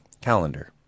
calendar